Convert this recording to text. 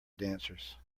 dancers